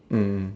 mm